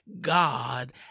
God